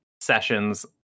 sessions